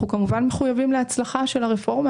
אנחנו כמובן מחויבים להצלחה של הרפורמה